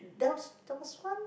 there was there was one